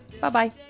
Bye-bye